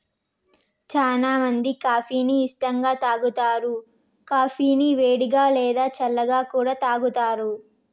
చానా మంది కాఫీ ని ఇష్టంగా తాగుతారు, కాఫీని వేడిగా, లేదా చల్లగా కూడా తాగుతారు